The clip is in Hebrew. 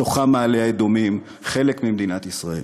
בתוכם מעלה-אדומים, חלק ממדינת ישראל.